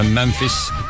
Memphis